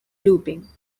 looping